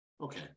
okay